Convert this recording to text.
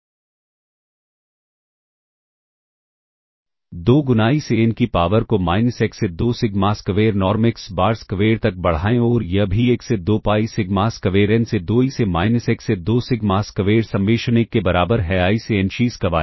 2 गुना e से n की पावर को माइनस 1 से 2 sigma square norm x bar square तक बढ़ाएं और यह भी 1 से 2 पाई सिग्मा स्क्वेर n से 2 e से माइनस 1 से 2 सिग्मा स्क्वेर सममेशन 1 के बराबर है i से n xi स्क्वायर